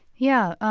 yeah.